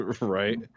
Right